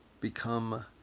become